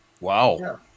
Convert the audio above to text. Wow